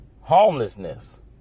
Homelessness